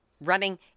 running